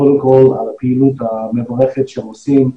קודם כל על הפעילות המבורכת שהם עושים.